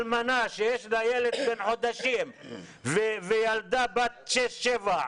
שיש לה ילד בן חודשים וילדה בת שש שבע,